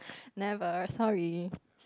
never sorry